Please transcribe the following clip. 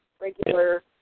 regular